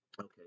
Okay